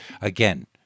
again